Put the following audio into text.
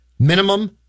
Minimum